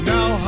Now